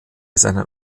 seinen